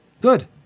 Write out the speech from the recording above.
Good